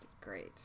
Great